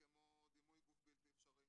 כמו דימוי גוף בלתי אפשרי.